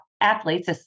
athletes